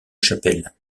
chapelle